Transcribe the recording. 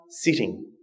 sitting